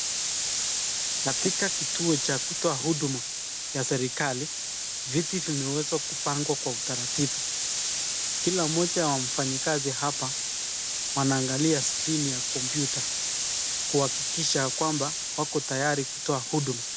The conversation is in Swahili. Katika kituo cha kutoa huduma ya serikali, viti vimeuwezwa kupangwa kwa utaratibu. Kila mmoja wa mfanyikazi hapa wanaangalia skrini ya kompyuta kuhakikisha ya kwamba wako tayari kutoa huduma.